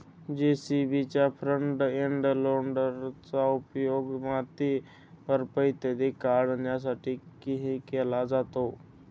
जे.सी.बीच्या front end लोडरचा उपयोग माती, बर्फ इत्यादी काढण्यासाठीही केला जातो